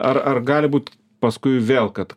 ar ar gali būt paskui vėl kad